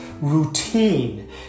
routine